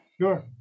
Sure